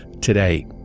today